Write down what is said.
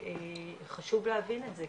וחשוב להבין את זה,